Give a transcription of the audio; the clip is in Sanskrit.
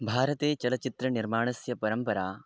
भारते चलच्चित्रनिर्माणस्य परम्परा